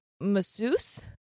masseuse